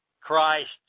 Christ